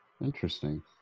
Interesting